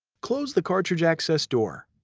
close the cartridge access door.